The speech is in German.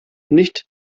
nicht